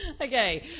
Okay